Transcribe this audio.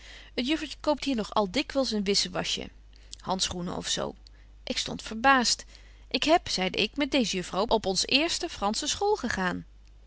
het juffertje koopt hier nog al dikwyls een wissewasje handschoenen of zo ik stond verbaast ik heb zeide ik met deeze juffrouw op ons eerste fransche school gegaan